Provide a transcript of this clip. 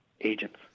agents